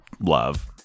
love